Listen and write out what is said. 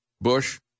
Bush